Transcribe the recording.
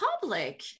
public